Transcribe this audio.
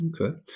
Okay